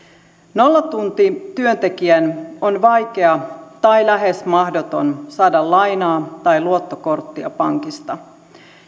nollatuntityöntekijän on vaikea tai lähes mahdoton saada lainaa tai luottokorttia pankista